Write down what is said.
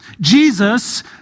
Jesus